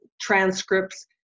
transcripts